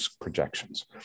projections